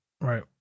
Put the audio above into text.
right